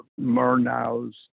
Murnau's